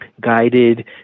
guided